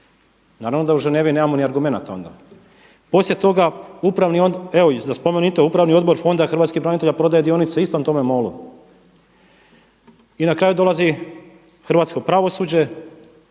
Naravno da u Ženevi nemamo niti argumenata onda. Poslije toga evo da spomenem i to Upravni odbor Fonda Hrvatskih branitelja prodaje dionice istom tome MOL-u. I na kraju dolazi hrvatsko pravosuđe